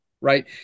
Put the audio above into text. right